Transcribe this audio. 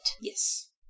Yes